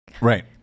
Right